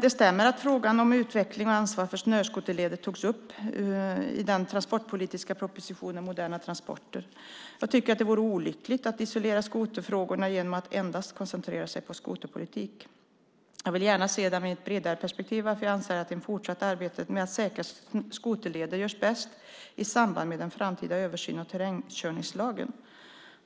Det stämmer att frågan om utveckling och ansvar för snöskoterleder togs upp i den transportpolitiska propositionen Moderna transporter . Jag tycker att det vore olyckligt att isolera skoterfrågorna genom att endast koncentrera sig på skoterpolitik. Jag vill gärna se dem i ett bredare perspektiv, varför jag anser att ett fortsatt arbete med säkra skoterleder görs bäst i samband med en framtida översyn av terrängkörningslagen.